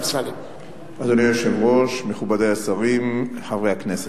אדוני היושב-ראש, מכובדי השרים, חברי הכנסת,